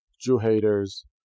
Jew-haters